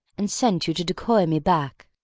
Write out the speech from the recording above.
and sent you to decoy me back.